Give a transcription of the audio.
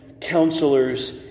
counselors